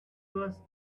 was